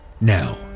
Now